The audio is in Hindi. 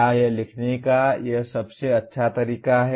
क्या यह लिखने का यह सबसे अच्छा तरीका है